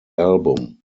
album